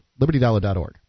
LibertyDollar.org